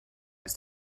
ist